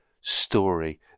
story